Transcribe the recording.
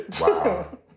Wow